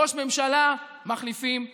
ראש ממשלה מחליפים בקלפי.